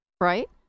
right